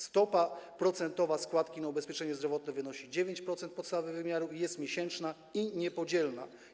Stopa procentowa składki na ubezpieczenie zdrowotne wynosi 9% podstawy wymiaru, jest miesięczna i niepodzielna.